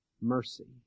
mercy